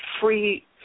free